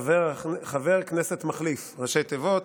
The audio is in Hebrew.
ראשי תיבות